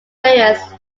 various